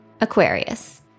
Aquarius